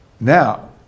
Now